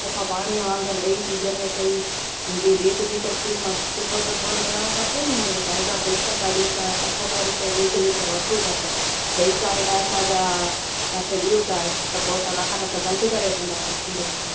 सफ़ा पाणीअ वांगुरु ॾही थी ॼमे पेई हेॾी ॾेढ लीटर खीरु मां सुठो त थोरो थिअणो खपे न असां हेॾा पैसा था ॾियूं पिया अठहतरि रुपए ॾेढ लीटर वठूं था पिया ॿई साइड असांजा तव्हांखे ॾियूं था त पोइ असां तव्हां खां न त बंदि करे रखंदासीं खीरु वठणु